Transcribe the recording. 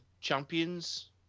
champions